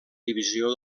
divisió